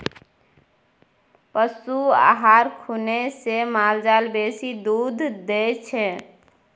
पशु आहार खुएने से माल जाल बेसी दूध दै छै